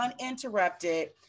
uninterrupted